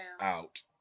out